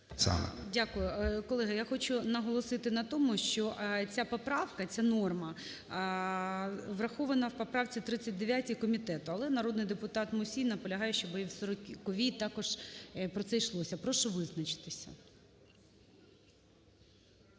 Дякую. Колеги, я хочу наголосити на тому, що ця поправка, ця норма врахована в поправці 39 комітету. Але народний депутат Мусій наполягає, щоб і в 40-й також про це йшлося. Прошу визначитися.